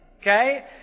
Okay